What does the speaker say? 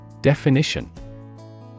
Definition